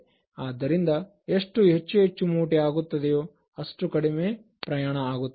ಆದ್ದರಿಂದ ಎಷ್ಟು ಹೆಚ್ಚುಹೆಚ್ಚು ಮೂಟೆ ಆಗುತ್ತದೆ ಅಷ್ಟು ಕಡಿಮೆ ಪ್ರಯಾಣ ಆಗುತ್ತದೆ